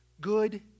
good